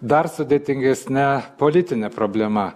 dar sudėtingesne politine problema